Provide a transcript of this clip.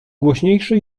głośniejszy